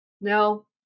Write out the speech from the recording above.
No